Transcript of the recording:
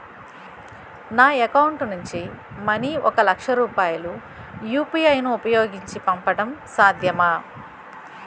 నా అకౌంట్ నుంచి మనీ ఒక లక్ష రూపాయలు యు.పి.ఐ ను ఉపయోగించి పంపడం సాధ్యమా?